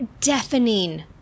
deafening